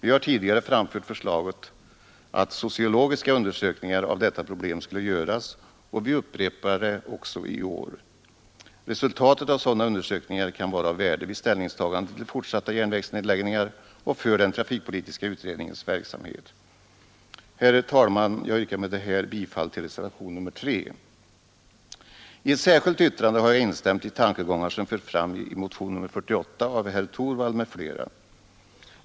Vi har tidigare föreslagit att sociologiska undersökningar av detta problem skulle göras, och vi upprepar förslaget också i år. Resultatet av sådana undersökningar kan vara av värde vid ställningstaganden till fortsatta järnvägsnedläggningar och för den trafikpolitiska utredningens verksamhet. Herr talman! Jag yrkar med det nu anförda bifall till reservationen 3. I ett särskilt yttrande har jag instämt i tankegångar som förts fram i motionen 48 av herr Torwald m.fl.